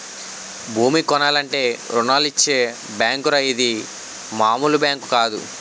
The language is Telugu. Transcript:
భూమి కొనాలంటే రుణాలిచ్చే బేంకురా ఇది మాములు బేంకు కాదు